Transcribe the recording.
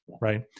right